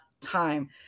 time